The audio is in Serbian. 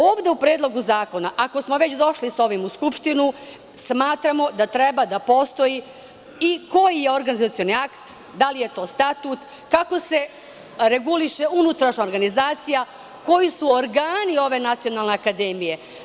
Ovde u Predlogu zakona, ako smo već došli sa ovim u Skupštinu, smatramo da treba da postoji i koji organizacioni akt, da li je to statut, kako se reguliše unutrašnja organizacija, koji su organi ove nacionalne akademije?